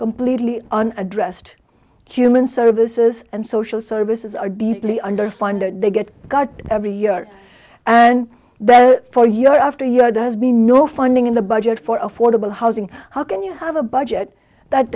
completely on addressed human services and social services are deeply underfunded they get cut every year and then for year after year does be no funding in the budget for affordable housing how can you have a budget that